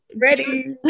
Ready